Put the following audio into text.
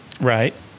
Right